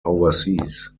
overseas